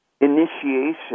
initiation